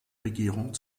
regierung